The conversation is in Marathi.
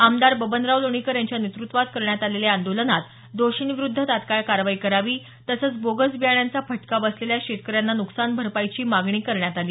आमदार बबनराव लोणीकर यांच्या नेतृत्वात करण्यात आलेल्या या आंदोलनात दोषींविरुद्ध तत्काळ कारवाई करावी तसंच बोगस बियाणांचा फटका बसलेल्या शेतकऱ्यांना नुकसान भरपाईची मागणी करण्यात आली